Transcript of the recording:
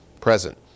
present